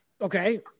Okay